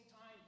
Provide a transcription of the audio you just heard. time